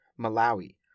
Malawi